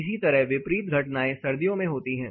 इसी तरह विपरीत घटनाएं सर्दियों में होती हैं